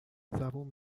زبون